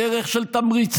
בדרך של תמריצים,